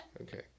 Okay